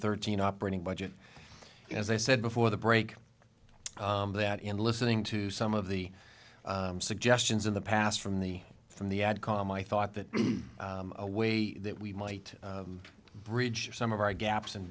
thirteen operating budget and as i said before the break that in listening to some of the suggestions in the past from the from the ad com i thought that a way that we might bridge some of our gaps and